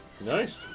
Nice